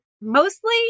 mostly